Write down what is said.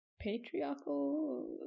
patriarchal